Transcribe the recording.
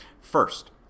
first